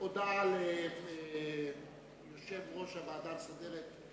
הודעה ליושב-ראש הוועדה המסדרת,